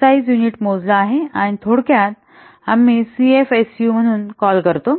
size unit मोजला आहे आणि थोडक्यात आम्ही सीएफएसयू म्हणून कॉल करतो